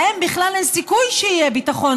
להן בכלל אין סיכוי שיהיה ביטחון,